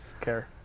care